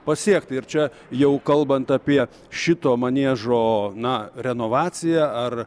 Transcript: pasiekti ir čia jau kalbant apie šito maniežo na renovaciją ar